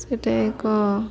ସେଟା ଏକ